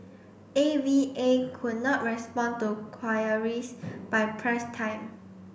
A V A could not respond to queries by press time